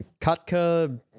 Katka